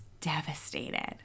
devastated